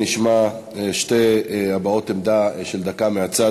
נשמע שתי הבעות עמדה של דקה מהצד.